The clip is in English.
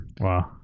Wow